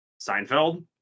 Seinfeld